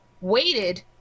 waited